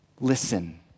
listen